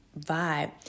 vibe